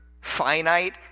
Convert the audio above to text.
finite